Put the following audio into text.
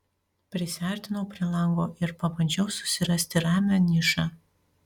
prisiartinau prie lango ir pabandžiau susirasti ramią nišą